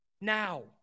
now